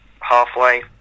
halfway